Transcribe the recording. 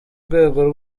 rwego